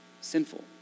sinful